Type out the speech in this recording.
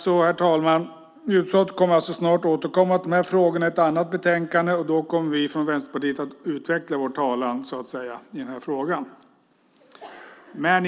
Så, herr talman, utskottet kommer snart att återkomma till de här frågorna i ett annat betänkande, och då kommer vi från Vänsterpartiet att så att säga utveckla vår talan i den här frågan.